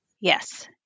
Yes